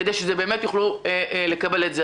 כדי שבאמת יוכלו לקבל את זה.